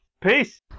Peace